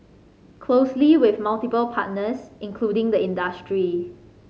closely with multiple partners including the industry